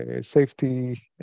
safety